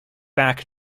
back